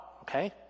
Okay